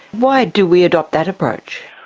why do we adopt that approach?